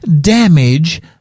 damage